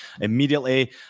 immediately